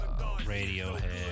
Radiohead